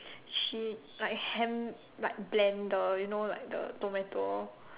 she like hand~ like blender you know like the tomato